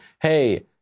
Hey